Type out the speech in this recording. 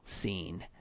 scene